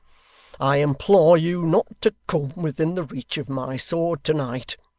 i implore you not to come within the reach of my sword to-night.